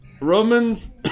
Romans